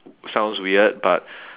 sounds weird but